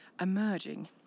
emerging